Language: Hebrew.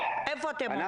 - איפה אתם עומדים.